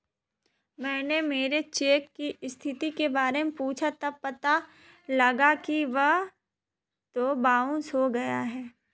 मैंने मेरे चेक की स्थिति के बारे में पूछा तब पता लगा कि वह तो बाउंस हो गया है